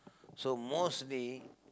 so mostly